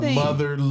mother